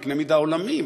בקנה מידה עולמי,